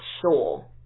sure